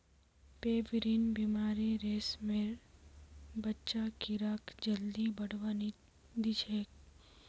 pebrine बीमारी रेशमेर बच्चा कीड़ाक जल्दी बढ़वा नी दिछेक